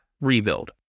rebuild